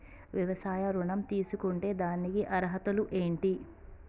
వ్యవసాయ ఋణం తీసుకుంటే దానికి అర్హతలు ఏంటి?